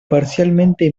parcialmente